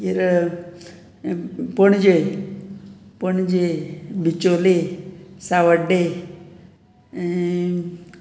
मागीर पणजे पणजे बिचोले सांवड्डे